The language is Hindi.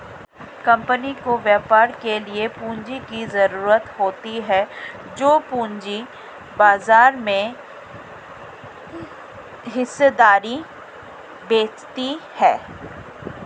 कम्पनी को व्यापार के लिए पूंजी की ज़रूरत होती है जो पूंजी बाजार में हिस्सेदारी बेचती है